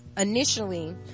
initially